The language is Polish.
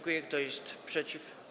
Kto jest przeciw?